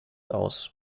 aus